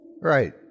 Right